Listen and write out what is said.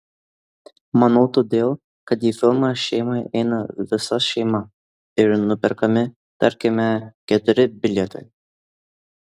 manau todėl kad į filmą šeimai eina visa šeima ir nuperkami tarkime keturi bilietai